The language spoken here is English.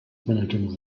managing